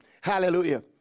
Hallelujah